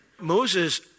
Moses